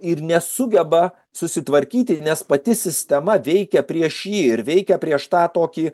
ir nesugeba susitvarkyti nes pati sistema veikia prieš jį ir veikia prieš tą tokį